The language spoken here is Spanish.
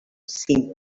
sin